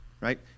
Right